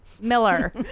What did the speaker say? Miller